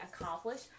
accomplish